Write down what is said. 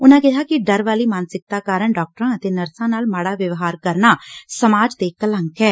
ਉਨੁਾਂ ਕਿਹਾ ਕਿ ਡਰ ਵਾਲੀ ਮਾਨਸਿਕਤਾ ਕਾਰਨ ਡਾਕਟਰਾਂ ਅਤੇ ਨਰਸਾਂ ਨਾਲ ਮਾੜਾ ਵਿਵਹਾਰ ਕਰਨਾ ਸਮਾਜ ਤੇ ਕਲੰਕ ਐ